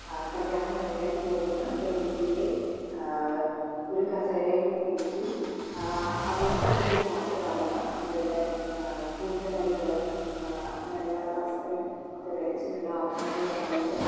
കല്യാണം കഴിക്കാൻ പോകുന്ന പെൺ കുട്ടിയെ ഒരു കസേരയിൽ ഇരുത്തി അവൾക്ക് വേണ്ടി പാട്ട് പാടുന്ന അവളുടെ കൂട്ടുകാരികൾ നല്ല വസ്ത്രം ഒക്കെ ധരിച്ച് നല്ല ആഭരണങ്ങളൊക്കെ അണിഞ്ഞ്